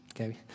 okay